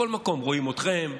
בכל מקום רואים אתכם,